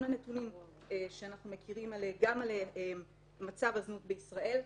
לנתונים שאנחנו מכירים גם על מצב הזנות בישראל.